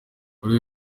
kuri